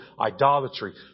idolatry